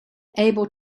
able